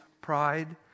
pride